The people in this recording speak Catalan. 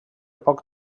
poc